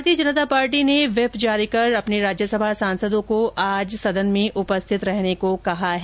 Bharatiya Janata party ने whip जारी कर अपने राज्यसभा सांसदों को आज सदन में उपस्थित रहने को कहा है